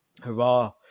hurrah